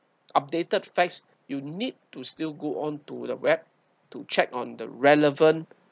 updated facts you need to still go onto the web to check on the relevant